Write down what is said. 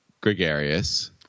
gregarious